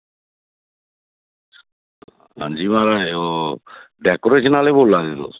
आं जी म्हाराज ओह् डेकोरेशन आह्ले बोल्ला दे तुस